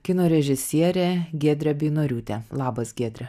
kino režisierė giedrė beinoriūtė labas giedre